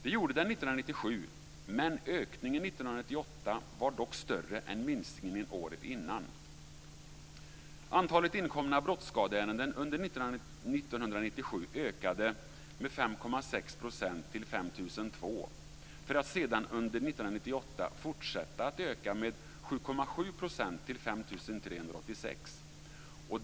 Det gjorde den 1997. 1998 fortsätta att öka med 7,7 % till 5 386.